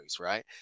right